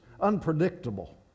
unpredictable